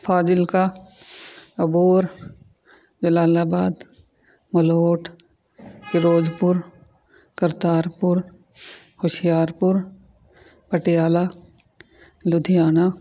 Fazilka Abohar Jalalabad Malout Firozpur Kartarpur Hoshiarpur Patiala Ludhiana